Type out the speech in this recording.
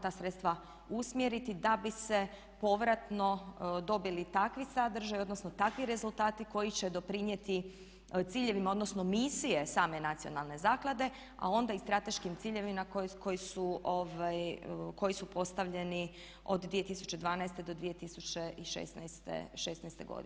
ta sredstva usmjeriti da bi se povratno dobili takvi sadržaji, odnosno takvi rezultati koji će doprinijeti ciljevima, odnosno misije same nacionalne zaklade a onda i strateškim ciljevima koji su postavljeni od 2012.do 2016.godine.